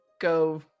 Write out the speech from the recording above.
go